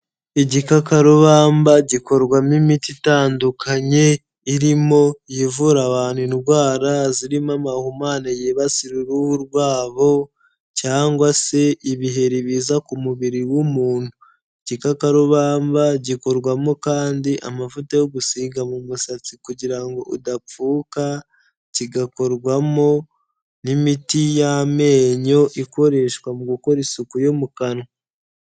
Igikakarubamba gikorwamo imiti itandukanye, irimo ivura abantu indwara zirimo amahumane yibasira uruhu rwabo, cyangwa se ibiheri biza ku mubiri w'umuntu. Igikakarubamba gikorwamo kandi amavuta yo gusiga mu musatsi kugira udapfuka, kigakorwamo n'imiti y'amenyo ikoreshwa mu gukora isuku yo mu kanwa.